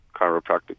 chiropractic